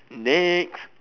next